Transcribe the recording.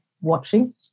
watching